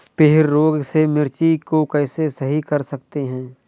पीहर रोग से मिर्ची को कैसे सही कर सकते हैं?